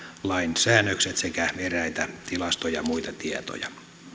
lain säännökset sekä eräitä tilasto ja ja muita tietoja